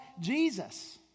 Jesus